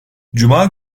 cuma